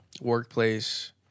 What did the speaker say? workplace